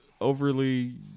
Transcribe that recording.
overly